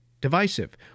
divisive